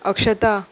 अक्षता